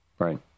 Right